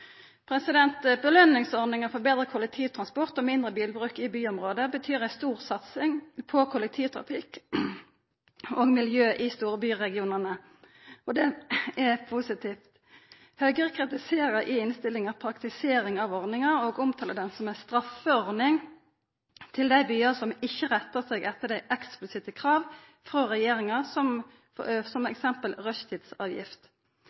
Belønningsordninga for betre kollektivtransport og mindre bilbruk i byområde betyr ei stor satsing på kollektivtrafikk og miljø i storbyregionane. Det er positivt. Høgre kritiserer i innstillinga praktiseringa av ordninga og omtalar ho som ei straffeordning til dei byane som ikkje rettar seg etter dei eksplisitte krava frå regjeringa, som f.eks. rushtidsavgift. Denne kritikken er urimeleg. Det var jo Bondevik II-regjeringa som